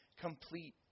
complete